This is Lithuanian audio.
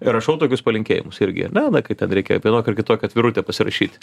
ir rašau tokius palinkėjimus irgi ar ne na kai ten reikia vienokią ar kitokią atvirutę pasirašyt